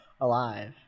alive